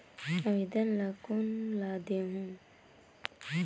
आवेदन ला कोन ला देहुं?